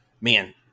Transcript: Man